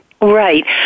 Right